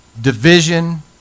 division